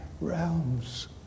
realms